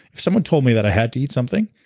if someone told me that i had to eat something,